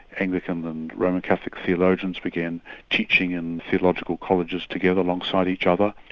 anglican and roman catholic theologians began teaching in theological colleges together, alongside each other,